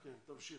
תמשיך.